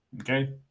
okay